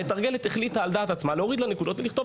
המתרגלת החליטה על דעת עצמה להוריד לה נקודות ולכתוב